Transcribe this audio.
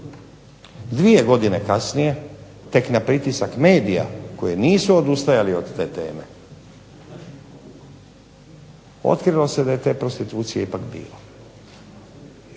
Dvije godine kasnije, tek na pritisak medija koji nisu odustajali od te teme, otkrilo je da je te prostitucije ipak bilo.